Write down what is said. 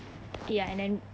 ya and then